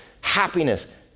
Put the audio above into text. happiness